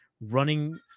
running